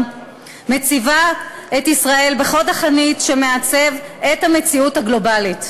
מציבים את ישראל בחוד החנית שמעצב את המציאות הגלובלית.